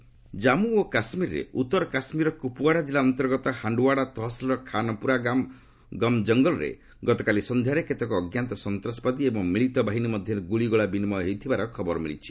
J and K gunfight ଜାଞ୍ଚୁ ଓ କାଶ୍ମୀରରେ ଉତ୍ତର କାଶ୍ମୀରର କୁପଓ୍ପାଡା ଜିଲ୍ଲା ଅନ୍ତର୍ଗତ ହାଣ୍ଡାଓ୍ପାଡା ତହସିଲର ଖାନପୁରାମାଗମ କଙ୍ଗଲରେ ଗତକାଲି ସନ୍ଧ୍ୟାରେ କେତେକ ଅଜ୍ଞାତ ସନ୍ତାସବାଦୀ ଏବଂ ମିଳିତ ବାହିନୀ ମଧ୍ୟରେ ଗୁଳିଗୋଳା ବିନିମୟ ହୋଇଥିବା ଖବର ମିଳିଛି